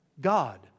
God